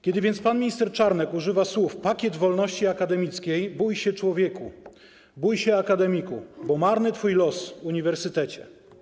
Kiedy więc pan minister Czarnek używa słów „pakiet wolności akademickiej”, bój się człowieku, bój się akademiku, bo marny twój los, uniwersytecie!